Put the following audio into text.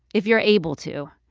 if you're able to,